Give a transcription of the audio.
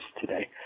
today